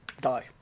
Die